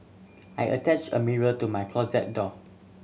I attached a mirror to my closet door